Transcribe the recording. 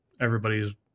everybody's